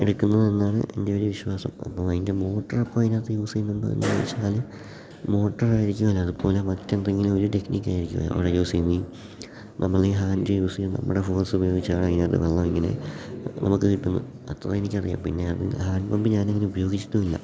എടുക്കുന്നു എന്നാണ് എൻ്റെ ഒരു വിശ്വാസം അപ്പോൾ അതിൻ്റെ മോട്ടർ അപ്പോൾ അതിനകത്ത് യൂസ് ചെയ്യുന്നുണ്ടോ എന്നു ചോദിച്ചാൽ മോട്ടറായിരിക്കും അതിനകത്ത് അതുപോലെ മറ്റെന്തെങ്കിലും ഒരു ടെക്നിക്കായിരിക്കും അവിടെ യൂസ് ചെയ്യുന്നത് നമ്മൾ ഈ ഹാൻഡ് യൂസ് ചെയ്യുന്ന നമ്മുടെ ഫോഴ്സ് ഉപയോഗിച്ചാണ് അതിനകത്ത് നമ്മൾ ഇങ്ങനെ നമുക്ക് കിട്ടുന്ന അത്രയും എനിക്കറിയാം പിന്നെ ഹാൻഡ് പമ്പ് ഞാനിങ്ങനെ ഉപയോഗിച്ചിട്ടും ഇല്ല